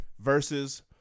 Versus